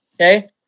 okay